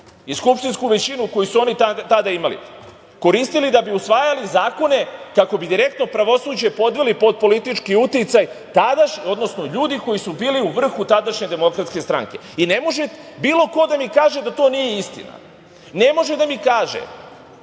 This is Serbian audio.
i skupštinsku većinu koju su oni tada imali, koristili da bi usvajali zakone kako bi direktno pravosuđe podveli pod politički uticaj, odnosno ljudi koji su bili u vrhu tadašnje DS. Ne može bilo ko da mi kaže da to nije istina, ne može da mi kaže